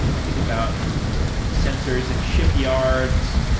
think about sensors at shipyards,